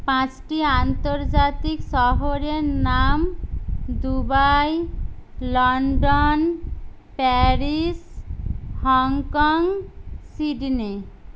পাঁচটি আন্তর্জাতিক শহরের নাম Dubai London Paris Hong Kong Sydney